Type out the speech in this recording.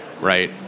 right